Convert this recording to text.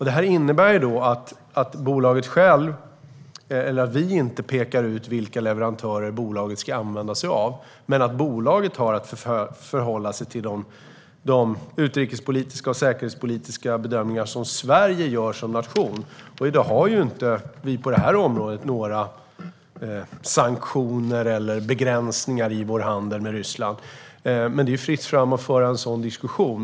Det innebär att vi inte pekar ut vilka leverantörer bolaget ska använda sig av men att bolaget har att förhålla sig att de utrikespolitiska och säkerhetspolitiska bedömningar som Sverige gör som nation. Vi har på det här området inte några sanktioner eller begränsningar i vår handel med Ryssland. Det är fritt fram att föra en sådan diskussion.